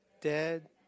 dead